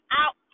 out